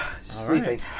Sleeping